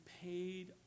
paid